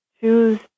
choose